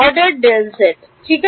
order Δz ঠিক